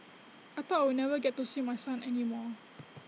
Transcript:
I thought I would never get to see my son any more